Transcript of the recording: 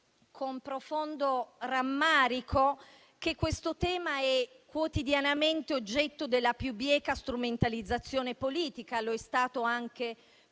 con profondo rammarico che questo tema è quotidianamente oggetto della più bieca strumentalizzazione politica e lo è stato anche